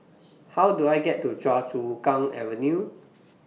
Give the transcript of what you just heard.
How Do I get to Choa Chu Kang Avenue